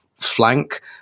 flank